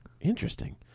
Interesting